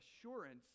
assurance